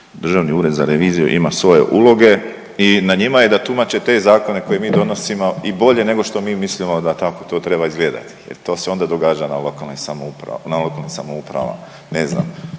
Državni ured za reviziju ima svoje uloge. I na njima je da tumače te zakone koje mi donosimo i bolje nego što mi mislimo da tako to treba izgledat jer to se onda događa na lokalnoj samouprava, na